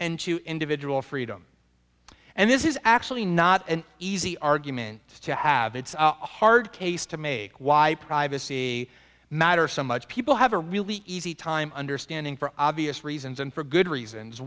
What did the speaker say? to individual freedom and this is actually not an easy argument to have it's a hard case to make why privacy matters so much people have a really easy time understanding for obvious reasons and for good reasons